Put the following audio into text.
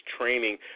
training